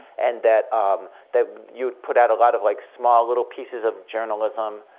and that um that you'd put out a lot of like small, little pieces of journalism,